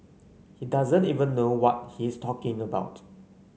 he doesn't even know what he's talking about